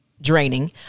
Draining